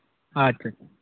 ᱟᱪᱪᱷᱟ ᱪᱷᱟ